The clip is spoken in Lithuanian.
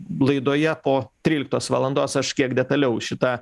laidoje po tryliktos valandos aš kiek detaliau šitą